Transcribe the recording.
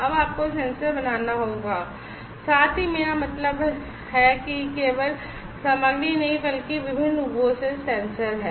अब आपको सेंसर बनाना होगा साथ ही मेरा मतलब है कि यह केवल सामग्री नहीं है बल्कि विभिन्न रूपों में सेंसर है